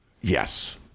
yes